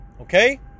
Okay